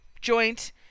joint